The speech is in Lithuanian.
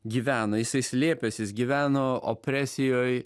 gyveno jisai slėpėsi jis gyveno opresijoj